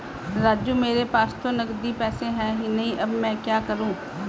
राजू मेरे पास तो नगदी पैसे है ही नहीं अब मैं क्या करूं